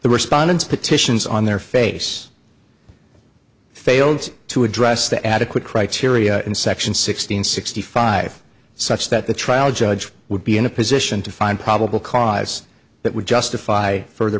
the respondents petitions on their face failed to address the adequate criteria in section sixteen sixty five such that the trial judge would be in a position to find probable cause that would justify further